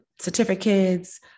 certificates